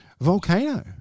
Volcano